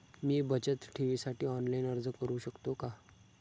मी बचत ठेवीसाठी ऑनलाइन अर्ज करू शकतो का?